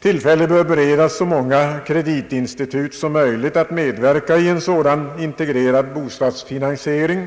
Tillfälle bör beredas så många kreditinstitut som möjligt att medverka i en sådan integrerad bostadsfinansiering.